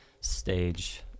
stage